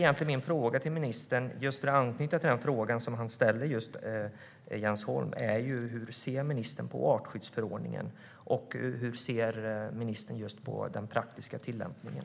Min fråga till ministern anknyter till den fråga som Jens Holm ställde: Hur ser ministern på artskyddsförordningen, och hur ser ministern på den praktiska tillämpningen?